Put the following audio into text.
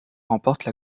remportent